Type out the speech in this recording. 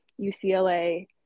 UCLA